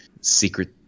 secret